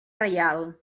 reial